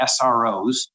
SROs